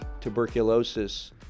tuberculosis